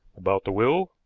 about the will,